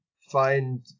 find